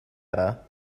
udder